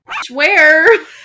Swear